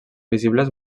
visibles